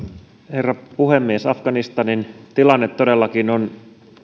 herra puhemies afganistanin tilanne todellakin on